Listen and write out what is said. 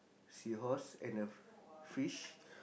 seahorse and a f~ fish